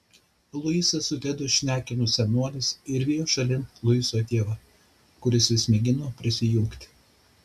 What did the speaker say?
luisas su tedu šnekino senoles ir vijo šalin luiso tėvą kuris vis mėgino prisijungti